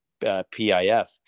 PIF